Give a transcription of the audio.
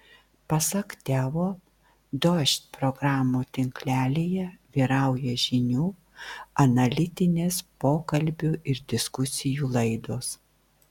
pasak teo dožd programų tinklelyje vyrauja žinių analitinės pokalbių ir diskusijų laidos